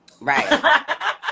Right